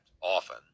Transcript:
often